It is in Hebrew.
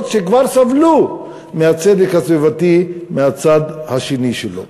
שכבר סבלו מהצדק הסביבתי מהצד השני שלו.